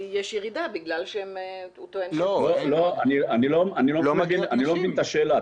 אני לא מבין את השאלה.